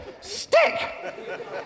Stick